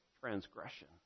transgression